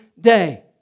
day